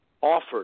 offered